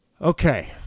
Okay